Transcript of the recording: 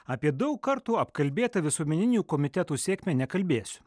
apie daug kartų apkalbėtą visuomeninių komitetų sėkmę nekalbėsiu